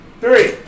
three